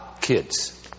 kids